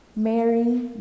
Mary